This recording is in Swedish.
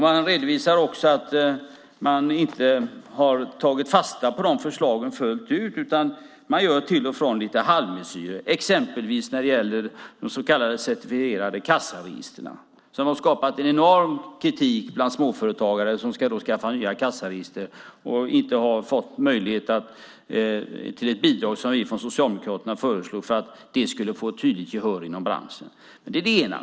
Man tar inte fasta på förslagen fullt ut utan gör till och från lite halvmesyrer, exempelvis när det gäller de så kallade certifierade kassaregistren. Det har skapat en enorm kritik bland småföretagare som ska skaffa nya kassaregister och inte har fått möjlighet till det bidrag som vi från Socialdemokraterna föreslog för att de skulle få ett tydligt gehör inom branschen. Det är det ena.